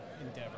endeavor